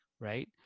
right